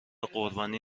قربانی